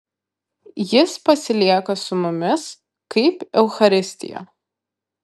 jis pasilieka su mumis kaip eucharistija